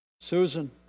Susan